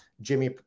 Jimmy